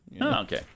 Okay